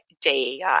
DEI